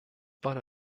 parle